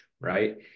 right